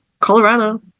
Colorado